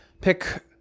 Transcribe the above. pick